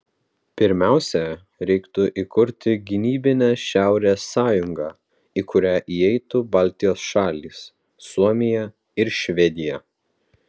pirmiausia reiktų įkurti gynybinę šiaurės sąjungą į kurią įeitų baltijos šalys suomija ir švedija